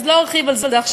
אז לא ארחיב על זה עכשיו.